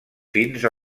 fins